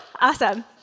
Awesome